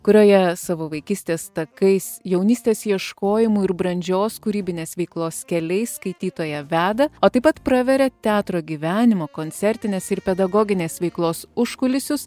kurioje savo vaikystės takais jaunystės ieškojimų ir brandžios kūrybinės veiklos keliais skaitytoją veda o taip pat praveria teatro gyvenimą koncertinės ir pedagoginės veiklos užkulisius